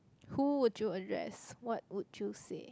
who would you address what would you say